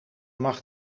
mag